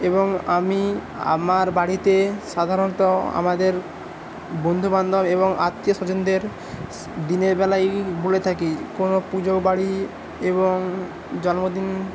এবং আমি আমার বাড়িতে সাধারণত আমাদের বন্ধুবান্ধব এবং আত্মীয়স্বজনদের দিনের বেলাই বলে থাকি কোনও পুজো বাড়ি এবং জন্মদিন